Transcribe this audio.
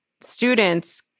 students